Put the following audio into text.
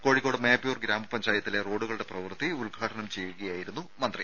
കോഴിക്കോട് മേപ്പയൂർ ഗ്രാമപഞ്ചായത്തിലെ റോഡുകളുടെ പ്രവർത്തി ഉദ്ഘാടനം ചെയ്യുകയായിരുന്നു മന്ത്രി